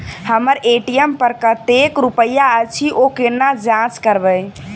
हम्मर ए.टी.एम पर कतेक रुपया अछि, ओ कोना जाँच करबै?